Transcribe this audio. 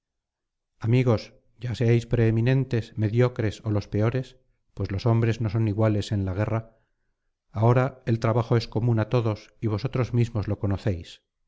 amigos ya seáis preeminentes mediocres ó los peores pues los hombres no son iguales en la guerra ahora el trabajo es común á todos y vosotros mismos lo conocéis